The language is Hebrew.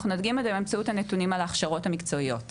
אנחנו נדגים את זה באמצעות הנתונים על ההכשרות המקצועיות.